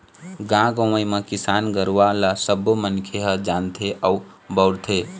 गाँव गंवई म किसान गुरूवा ल सबो मनखे ह जानथे अउ बउरथे